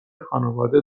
خانواده